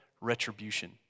retribution